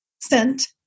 scent